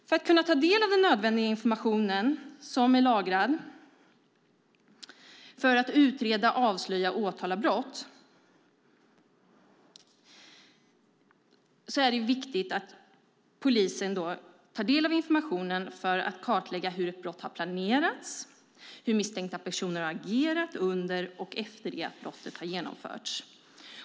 För att ta del av den nödvändiga lagrade informationen för att utreda, avslöja och åtala brott är det viktigt att polisen kan ta del av informationen för att kartlägga hur ett brott har planerats, hur misstänkta personer har agerat under och efter det att brottet har begåtts.